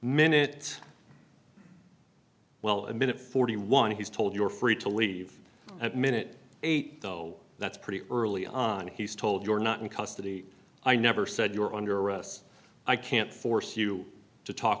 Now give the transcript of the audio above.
minute forty one he's told you're free to leave at minute eight though that's pretty early on he's told you're not in custody i never said you were under arrest i can't force you to talk